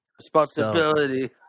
Responsibility